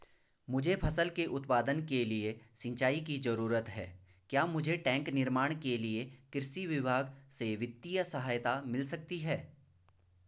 मुझे फसल के उत्पादन के लिए सिंचाई की जरूरत है क्या मुझे टैंक निर्माण के लिए कृषि विभाग से वित्तीय सहायता मिल सकती है?